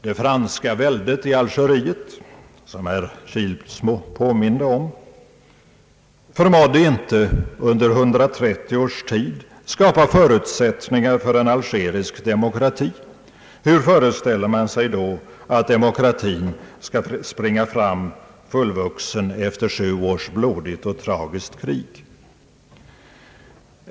Det franska väldet i Algeriet, som herr Kilsmo påminde om, förmådde inte under 130 års tid skapa förutsättningar för en algerisk demokrati. Hur föreställer man sig då att demokratin skall springa fram fullvuxen efter sju års blodigt och tragiskt krig?